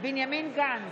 בנימין גנץ,